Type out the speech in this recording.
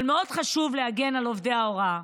אבל מאוד חשוב להגן על עובדי ההוראה.